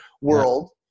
world